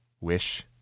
Wish